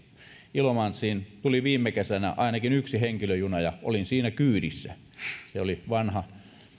ilomantsiin tuli viime kesänä ainakin yksi henkilöjuna ja olin siinä kyydissä se oli vanha